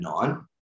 nine